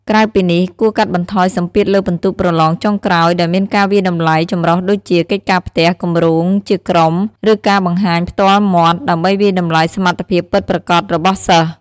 ក្រៅពីនេះ គួរកាត់បន្ថយសម្ពាធលើពិន្ទុប្រឡងចុងក្រោយ ដោយមានការវាយតម្លៃចម្រុះដូចជា កិច្ចការផ្ទះ គម្រោងជាក្រុម ឬការបង្ហាញផ្ទាល់មាត់ ដើម្បីវាយតម្លៃសមត្ថភាពពិតប្រាកដរបស់សិស្ស។